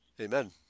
Amen